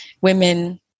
Women